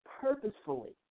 purposefully